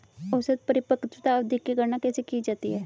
औसत परिपक्वता अवधि की गणना कैसे की जाती है?